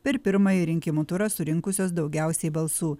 per pirmąjį rinkimų turą surinkusios daugiausiai balsų